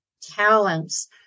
talents